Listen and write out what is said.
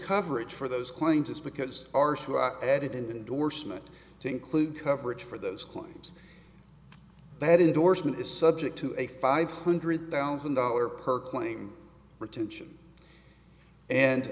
coverage for those claims is because our show added indorsement to include coverage for those claims that indorsement is subject to a five hundred thousand dollar per claim retention and